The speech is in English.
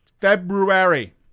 February